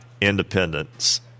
Independence